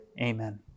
Amen